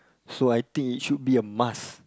so I think it should be a must